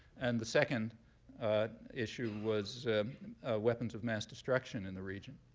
and the second issue was ah ah weapons of mass destruction in the region.